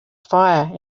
fire